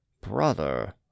brother